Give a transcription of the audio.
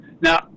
Now